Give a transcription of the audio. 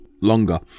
longer